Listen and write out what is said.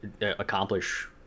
accomplish